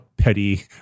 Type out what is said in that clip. petty